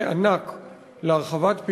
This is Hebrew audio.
הראשונה, זו